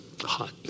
hot